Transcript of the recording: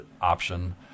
option